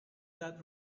that